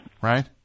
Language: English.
right